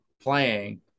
playing